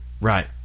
Right